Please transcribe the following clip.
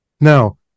Now